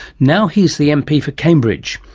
now he is the mp for cambridge,